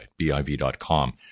BIV.com